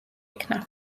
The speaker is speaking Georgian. იქნა